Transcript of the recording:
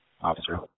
officer